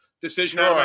decision